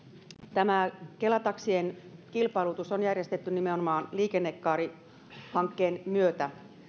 tämä kela taksien kilpailutus on järjestetty nimenomaan liikennekaarihankkeen myötä